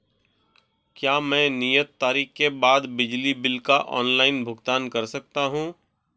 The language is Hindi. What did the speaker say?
क्या मैं नियत तारीख के बाद बिजली बिल का ऑनलाइन भुगतान कर सकता हूं?